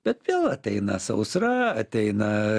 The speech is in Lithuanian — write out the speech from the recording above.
bet vėl ateina sausra ateina